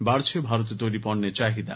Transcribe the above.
বাড়ছে ভারতের তৈরি পণ্যের চাহিদা